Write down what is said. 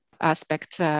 aspects